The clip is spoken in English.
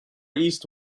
east